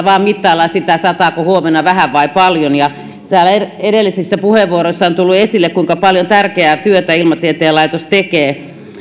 vain mittaillaan sitä sataako huomenna vähän vai paljon täällä edellisissä puheenvuoroissa on tullut esille kuinka paljon tärkeää työtä ilmatieteen laitos tekee